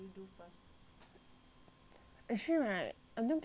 actually right I don't get why you so